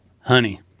Honey